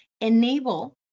enable